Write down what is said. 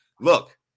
look